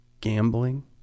gambling